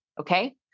Okay